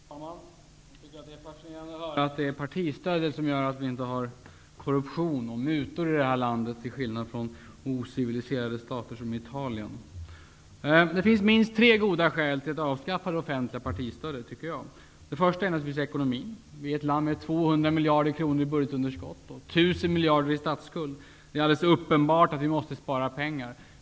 Herr talman! Jag tycker att det är fascinerande att höra att det är partistödet som gör att vi inte har korruption och mutor i det här landet, till skillnad från ociviliserade stater som Italien. Det finns minst tre goda skäl till att avskaffa det offentliga partistödet, tycker jag. Det första är naturligtvis ekonomin. Vi är ett land med 200 miljarder kronor i budgetunderskott och 1 000 miljarder i statsskuld. Det är alldeles uppenbart att vi måste spara.